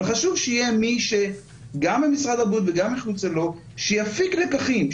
אבל חושב שיהיה מי שגם במשרד הבריאות וגם מחוצה לו שיפיק לקחים,